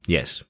Yes